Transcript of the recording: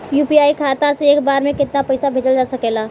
UPI खाता से एक बार म केतना पईसा भेजल जा सकेला?